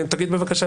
אז תחזיקו